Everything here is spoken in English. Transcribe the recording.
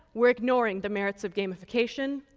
we are ignoring the merits of gamification,